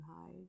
hide